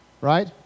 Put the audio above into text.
right